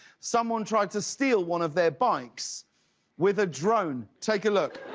someone tried to steal one of their bikes with a drone. take a look.